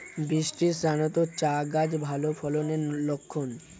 বৃষ্টিস্নাত চা গাছ ভালো ফলনের লক্ষন